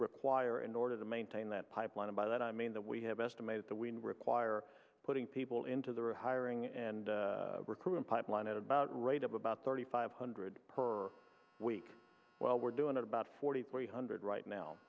require in order to maintain that pipeline and by that i mean that we have estimated that we require putting people into the er hiring and recruiting pipeline at about rate of about thirty five hundred per week well we're doing at about forty three hundred right now